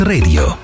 Radio